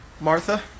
Martha